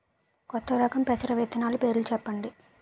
కొత్త రకం పెసర విత్తనాలు పేర్లు చెప్పండి?